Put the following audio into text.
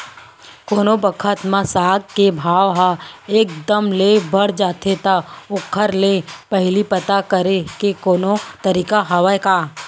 कोनो बखत म साग के भाव ह एक दम ले बढ़ जाथे त ओखर ले पहिली पता करे के कोनो तरीका हवय का?